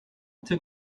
took